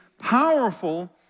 powerful